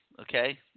okay